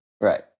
Right